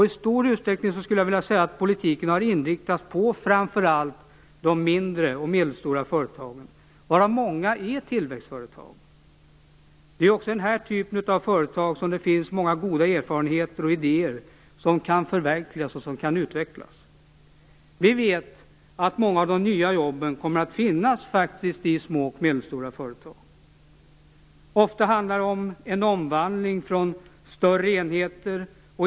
I stor utsträckning har politiken inriktats på framför allt de mindre och medelstora företagen, varav många är tillväxtföretag. Det är också i den typen av företag det finns många goda erfarenheter och idéer som kan förverkligas och utvecklas. Vi vet att många av de nya jobben kommer att finnas i små och medelstora företag. Ofta är det fråga om en omvandling från större enheter.